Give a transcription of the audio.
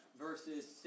verses